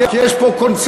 כי יש פה קונצרט,